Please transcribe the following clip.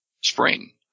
spring